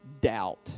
doubt